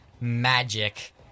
magic